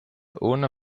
ohne